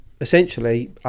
essentially